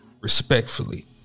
Respectfully